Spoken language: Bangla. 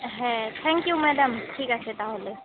হ্যাঁ থ্যাঙ্ক ইউ ম্যাডাম ঠিক আছে তাহলে